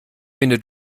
finde